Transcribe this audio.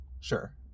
Sure